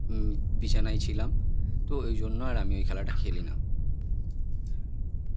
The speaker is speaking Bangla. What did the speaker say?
বিছানায় ছিলাম তো এই জন্য আর আমি ওই খেলাটা খেলি না